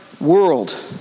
world